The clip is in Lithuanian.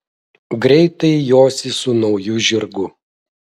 greitai josi su nauju žirgu